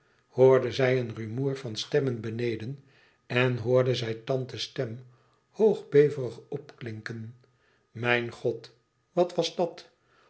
hoorde zij een rumoer van stemmen beneden en hoorde zij tante's stem hoog beverig opklinken mijn god wat was dat